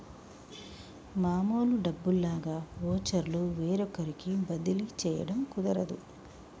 మామూలు డబ్బుల్లాగా వోచర్లు వేరొకరికి బదిలీ చేయడం కుదరదు